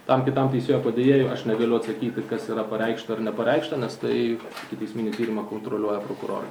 tam kitam teisėjo padėjėjui aš negaliu atsakyti kas yra pareikšta ar nepareikšta nes tai ikiteisminį tyrimą kontroliuoja prokurorai